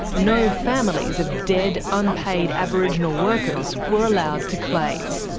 no families of dead unpaid aboriginal workers were allowed to claim.